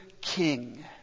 King